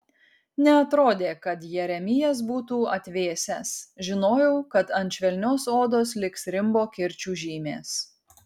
neatrodė kad jeremijas būtų atvėsęs žinojau kad ant švelnios odos liks rimbo kirčių žymės